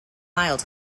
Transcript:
mild